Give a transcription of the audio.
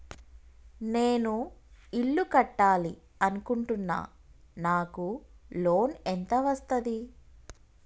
నేను ఇల్లు కట్టాలి అనుకుంటున్నా? నాకు లోన్ ఎంత వస్తది?